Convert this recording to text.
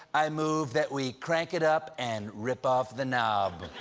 i move that we crank it up and rip off the knob.